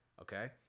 okay